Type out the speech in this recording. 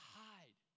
hide